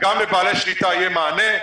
גם לבעלי שליטה יהיה מענה.